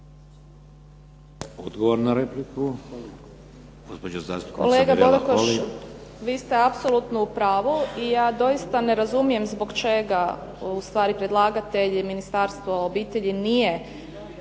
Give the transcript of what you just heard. Odgovor na repliku,